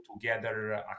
together